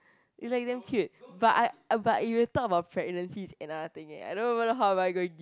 it's like damn cute but I but if you talk about pregnancy it's another thing eh I don't even know how am I going to gi~